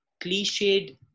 cliched